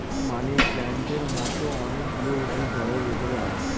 মানি প্লান্টের মতো অনেক গুলো উদ্ভিদ ঘরের ভেতরে হয়